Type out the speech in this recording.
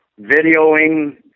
videoing